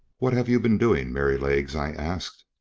what have you been doing, merrylegs? i asked.